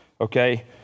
okay